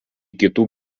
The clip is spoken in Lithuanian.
kitų